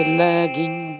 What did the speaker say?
lagging